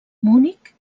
munic